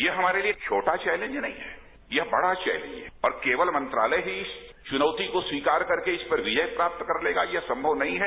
यह हमारे लिए छोटा चौलेंज नहीं है यह बडा चौलेंज है और केवल मंत्रालय ही इस चुनौती को स्वीकार करके इस पर विजय प्राप्त कर लेगा यह संभव नहीं है